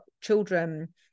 children